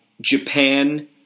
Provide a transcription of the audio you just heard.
Japan